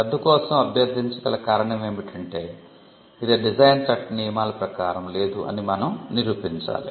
రద్దు కోసం అభ్యర్థించగల కారణం ఏమిటంటే ఇది డిజైన్ చట్ట నియమాల ప్రకారం లేదు అని మనం నిరూపించాలి